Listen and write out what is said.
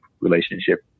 relationship